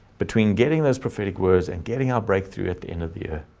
between getting those prophetic words and getting our breakthrough at the end of the year,